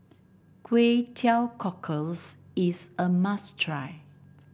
Kway Teow Cockles is a must try